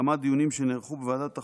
כמה דיונים שנערכו בוועדת החוקה.